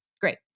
Great